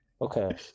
Okay